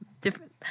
different